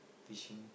fishing